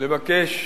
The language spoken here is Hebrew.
לבקש